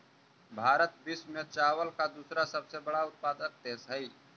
भारत विश्व में चावल का दूसरा सबसे बड़ा उत्पादक देश हई